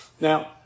Now